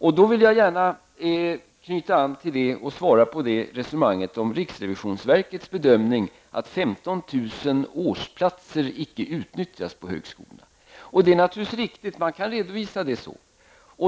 Jag vill gärna knyta an till och svara på resonemanget om riksrevisionsverkets bedömning att 15 000 årsplatser inte utnyttjas på högskolorna. Det är riktigt. Man kan naturligtvis redovisa det så.